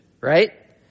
Right